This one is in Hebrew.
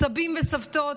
סבים וסבתות.